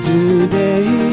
Today